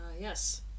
Yes